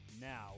Now